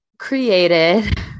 created